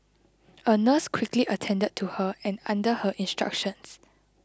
a nurse quickly attended to her and under her instructions